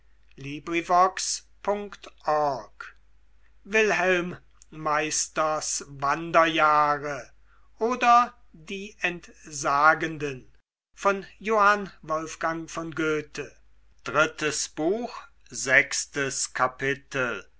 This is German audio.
wilhelm meisters wanderjahre oder die entsagenden